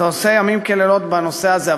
אתה עושה ימים ולילות בנושא הזה.